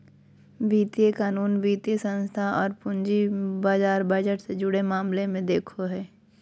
वित्तीय कानून, वित्तीय संस्थान औरो पूंजी बाजार बजट से जुड़े मामले के देखो हइ